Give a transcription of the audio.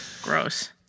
gross